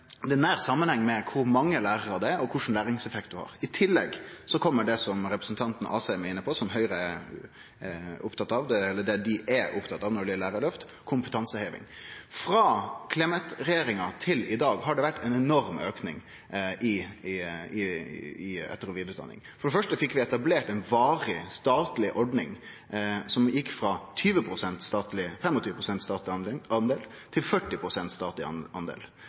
Det er nær samanheng mellom kor mange lærarar det er, og kva for læringseffekt ein får. I tillegg kjem det som representanten Asheim er inne på, som er det Høgre er opptatt av når det gjeld lærarløft, nemleg kompetanseheving. Frå tida då Clemet sat i regjering, og til i dag har det vore ein enorm auke i etter- og vidareutdanning. For det første fekk vi etablert ei varig, statleg ordning som gjekk frå 25 pst. statleg del til 40 pst. statleg